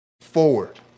forward